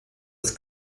des